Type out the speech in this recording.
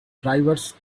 drivers